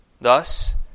Thus